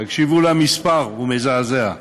תקשיבו למספר, הוא מזעזע.